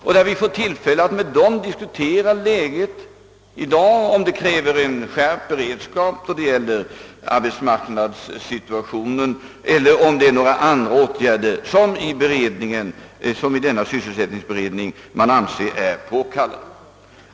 Där får vi alltså tillfälle att med näringslivets representanter diskutera dags läget — om det kräver en skärpt beredskap beträffande arbetsmarknads situationen eller om andra åtgärder är påkallade.